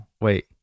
Wait